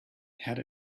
had